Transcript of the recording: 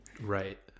right